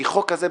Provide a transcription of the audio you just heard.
כי חוק כזה,